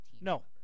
No